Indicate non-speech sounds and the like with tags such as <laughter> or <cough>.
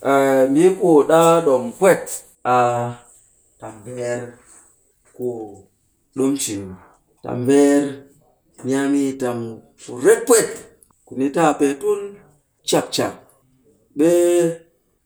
<hesitation> mbii ku ɗaa ɗom pwet, a tam veer, ku ɗimi cin. Tam veer, ni a mee tam ku ret pwet. Ku ni ta a pee tun cak cak. Ɓe